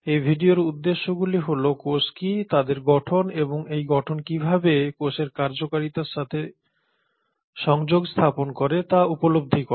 এই ভিডিওর উদ্দেশ্যগুলি হল কোষ কি তাদের গঠন এবং এই গঠন কিভাবে কোষের কার্যকারিতার সাথে সংযোগ স্থাপন করে তা উপলব্ধি করা